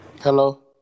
Hello